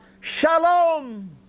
Shalom